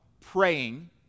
praying